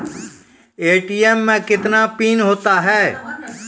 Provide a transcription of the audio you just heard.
ATM मे कितने PIN होता हैं?